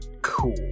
Cool